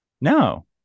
No